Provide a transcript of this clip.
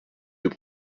deux